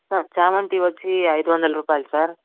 sir చామంతి వచ్చి ఐదు వందల రూపాయలు సార్